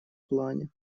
плане